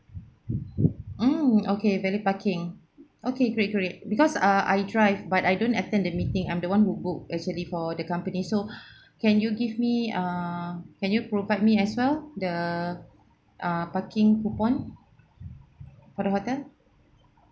mm okay valet parking okay great great because ah I drive but I don't attend the meeting I'm the one who book actually for the company so can you give me ah can you provide me as well the ah parking coupon for the hotel